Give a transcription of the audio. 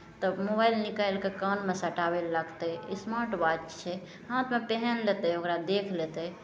तऽ मोबाइल निकालि कऽ कानमे सटाबय लागतै स्मार्ट वाच छै हाथमे पहिन लेतै ओकरा देख लेतै